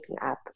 up